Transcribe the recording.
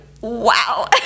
wow